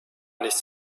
nichts